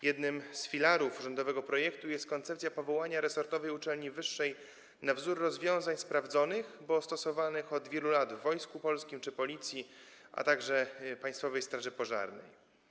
Jednym z filarów rządowego projektu jest koncepcja powołania resortowej uczelni wyższej na wzór rozwiązań sprawdzonych, bo stosowanych od wielu lat w Wojsku Polskim czy Policji, a także Państwowej Straży Pożarnej.